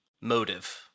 motive